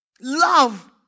love